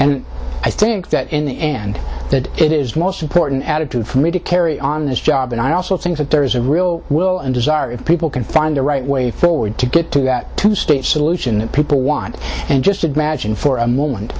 and i think that in the end that it is most important attitude for me to carry on this job and i also think that there is a real will and desire if people can find the right way forward to get to that two state solution that people want and just had matching for a moment